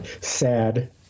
sad